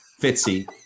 Fitzy